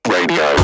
Radio